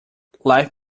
life